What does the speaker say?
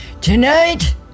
Tonight